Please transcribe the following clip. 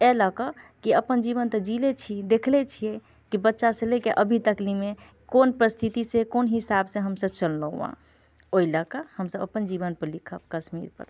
एहि लऽ के कि अपन जीवन तऽ जीले छी देखले छियै की बच्चा से लेके अभी तकलेमे कोन परिस्थिति से कोन हिसाब से हमसब चललहुँ ओहि लऽ कऽ हमसब अपन जीवन पर लिखब कश्मीर पर नहि